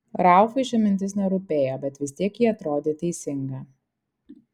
ralfui ši mintis nerūpėjo bet vis tiek ji atrodė teisinga